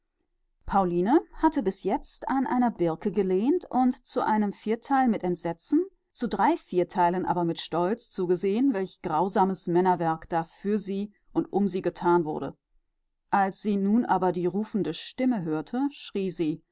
pauline hatte bis jetzt an einer birke gelehnt und zu einem vierteil mit entsetzen zu drei vierteilen aber mit stolz zugesehen welch grauses männerwerk da für sie und um sie getan wurde als sie nun aber die rufende stimme hörte schrie sie